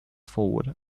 forward